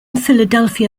philadelphia